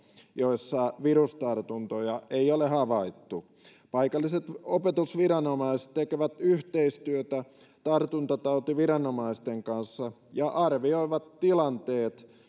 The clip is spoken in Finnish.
joissa virustartuntoja ei ole havaittu paikalliset opetusviranomaiset tekevät yhteistyötä tartuntatautiviranomaisten kanssa ja arvioivat tilanteet